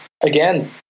again